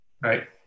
right